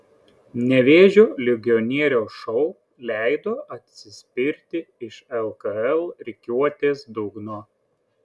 nevėžio legionieriaus šou leido atsispirti iš lkl rikiuotės dugno